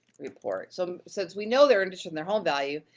report. so, since we know they're interested in their home value,